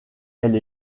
elle